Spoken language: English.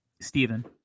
Stephen